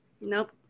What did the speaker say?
Nope